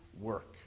work